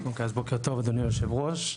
אוקיי, אז בוקר טוב אדוני יושב הראש.